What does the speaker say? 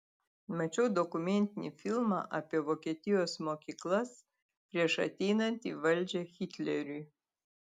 mačiau dokumentinį filmą apie vokietijos mokyklas prieš ateinant į valdžią hitleriui